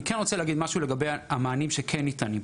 אני רוצה להגיד משהו לגבי המענים שכן ניתנים,